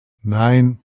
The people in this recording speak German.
nein